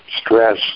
stress